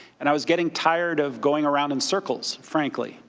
and i was getting tired of going around in circles, frankly.